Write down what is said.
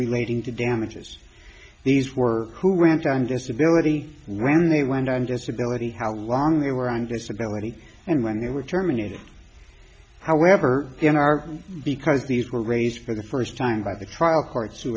relating to damages these were who went on disability and when they went on disability how long they were on disability and when they were terminated however there are because these were raised for the first time by the trial courts who